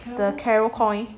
the carou coin